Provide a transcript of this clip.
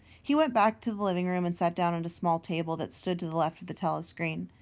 he went back to the living-room and sat down at a small table that stood to the left of the telescreen.